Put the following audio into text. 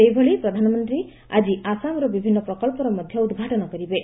ସେହିଭଳି ପ୍ରଧାନମନ୍ତ୍ରୀ ଆଜି ଆସାମର ବିଭିନ୍ନ ପ୍ରକଳ୍ପର ମଧ୍ୟ ଉଦ୍ଘାଟନ କରିବେ